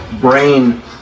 brain